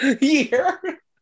Year